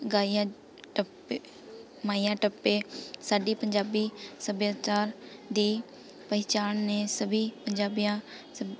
ਗਾਈਆਂ ਟੱਪੇ ਮਾਹੀਆ ਟੱਪੇ ਸਾਡੀ ਪੰਜਾਬੀ ਸੱਭਿਆਚਾਰ ਦੀ ਪਹਿਚਾਣ ਨੇ ਸਬੀ ਪੰਜਾਬੀਆਂ